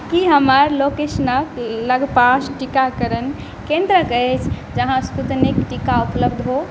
की हमर लोकेशनक लगपास टीकाकरण केन्द्र अछि जहाँ स्पूतनिक टीका उपलब्ध हो